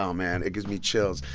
um man, it gives me chills.